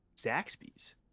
Zaxby's